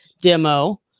demo